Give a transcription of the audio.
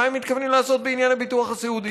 הם מתכוונים לעשות בעניין הביטוח הסיעודי.